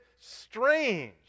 strange